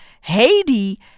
Haiti